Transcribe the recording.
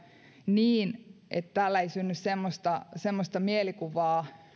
niin että täällä ei synny semmoista mielikuvaa